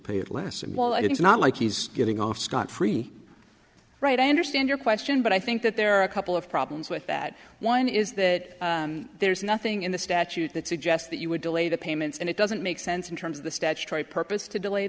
it less and while it's not like he's getting off scot free right i understand your question but i think that there are a couple of problems with that one is that there's nothing in the statute that suggests that you would delay the payments and it doesn't make sense in terms of the statutory purpose to delay